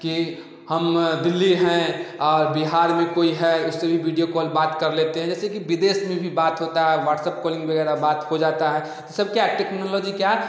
कि हम दिल्ली हैं और बिहार में कोई है उससे भी वीडियो कॉल बात कर लेते हैं जैसे कि विदेश में भी बात होता है वाट्सअप कोलिंग वगैरह बात हो जाता है ये सब क्या है टेक्नोलॉजी क्या है